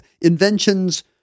inventions